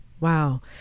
Wow